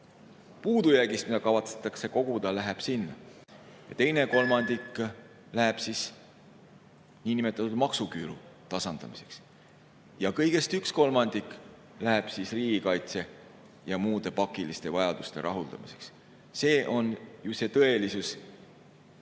puudujäägist, mida kavatsetakse koguda, läheb sinna. Ja teine kolmandik läheb niinimetatud maksuküüru tasandamiseks. Ja kõigest üks kolmandik läheb riigikaitse ja muude pakiliste vajaduste rahuldamiseks. See on ju